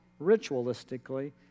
ritualistically